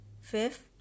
Fifth